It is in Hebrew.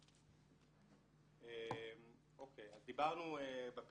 (שקף: שיעור השתתפות גילאי 3-4 בגני ילדים ציבוריים מתוך קבוצת הגיל).